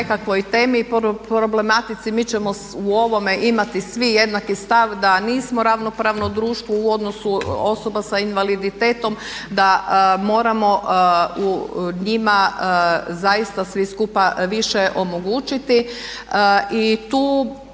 njima zaista svi skupa više omogućiti.